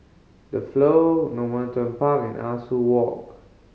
The Flow Normanton Park and Ah Soo Walk